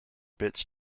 bits